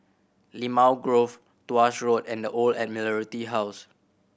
Limau Grove Tuas Road and The Old Admiralty House